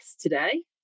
today